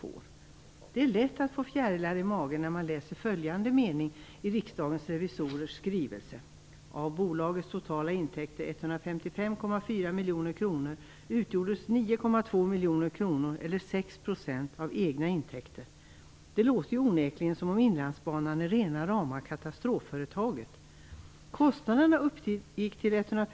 Man får lätt fjärilar i magen när man läser följande mening i Riksdagens revisorers skrivelse: "Av bolagets totala intäkter, 155,4 miljoner kronor, utgjordes 9,2 miljoner kronor eller 6 % av egna intäkter." Det låter ju onekligen som om Inlandsbanan är rena rama katastrofföretaget.